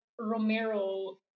Romero